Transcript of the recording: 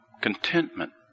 Contentment